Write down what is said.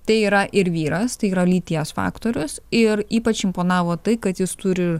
tai yra ir vyras tai yra lyties faktorius ir ypač imponavo tai kad jis turi